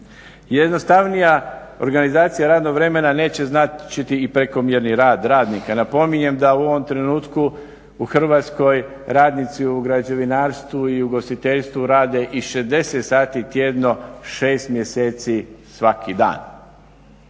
Jednostavnija organizacija radnog vremena neće značiti i prekomjerni rad radnika. Napominjem da u ovom trenutku u Hrvatskoj radnici u građevinarstvu i ugostiteljstvu rade i 60 sati tjedno, 6 mjeseci svaki dan